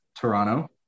toronto